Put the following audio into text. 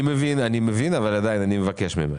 אני מבין, אבל עדיין אני מבקש ממך.